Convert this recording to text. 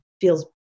feels